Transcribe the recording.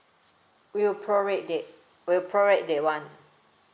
we'll prorate that will prorate that one